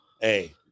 Hey